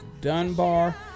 Dunbar